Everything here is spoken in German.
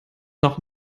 noch